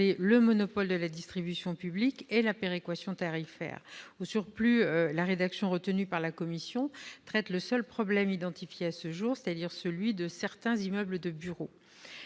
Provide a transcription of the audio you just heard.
le monopole de la distribution publique et la péréquation tarifaire. Au surplus, la rédaction retenue par la commission traite le seul problème identifié à ce jour, c'est-à-dire celui de certains immeubles de bureaux.